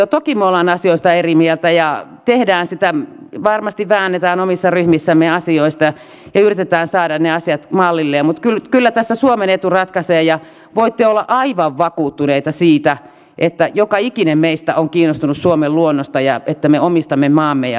toki me olemme asioista eri mieltä ja varmasti väännämme omissa ryhmissämme asioista ja yritämme saada ne asiat mallilleen mutta kyllä tässä suomen etu ratkaisee ja voitte olla aivan vakuuttuneita siitä että joka ikinen meistä on kiinnostunut suomen luonnosta ja siitä että me omistamme maamme ja vetemme